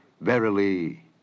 Verily